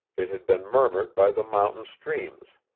it had been murmured by the mountain streams,